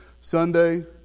Sunday